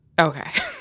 Okay